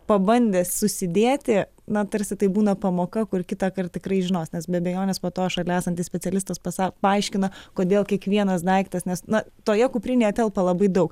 pabandęs susidėti na tarsi tai būna pamoka kur kitąkart tikrai žinos be abejonės po to šalia esantis specialistas pasa paaiškina kodėl kiekvienas daiktas nes na toje kuprinėje telpa labai daug